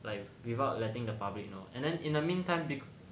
like without letting the public you know and then in the meantime be